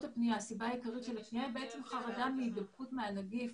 לפנייה הסיבה העיקרית היא חרדה מהידבקות מהנגיף,